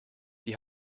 die